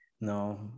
no